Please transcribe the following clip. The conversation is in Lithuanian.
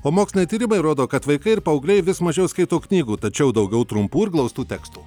o moksliniai tyrimai rodo kad vaikai ir paaugliai vis mažiau skaito knygų tačiau daugiau trumpų ir glaustų tekstų